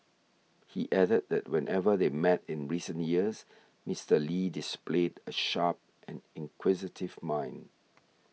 he added that whenever they met in recent years Mister Lee displayed a sharp and inquisitive mind